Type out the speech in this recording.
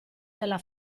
della